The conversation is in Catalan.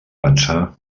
pensar